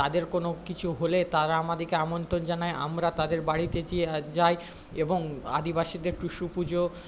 তাদের কোনো কিছু হলে তারা আমাদেরকে আমন্ত্রণ জানাই আমরা তাদের বাড়িতে যায় এবং আদিবাসীদের টুসু পুজো